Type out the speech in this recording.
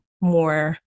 more